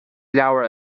leabhar